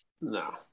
no